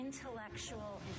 Intellectual